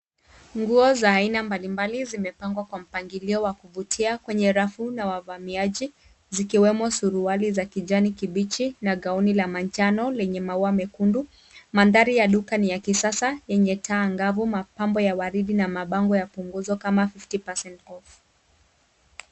Nguo za aina mbalimbali zimepangwa kwa mpangilio wa kuvutia kwenye rafu na wavamiaji zikiwemo suruali za kijani kibichi na gauni la manjano lenye maua mekundu. Mandhari ya duka ni ya kisasa, yenye taa angavu, mapambo ya waridi na mabango ya punguzo kama 50% off .